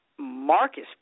Marcus